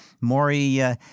Maury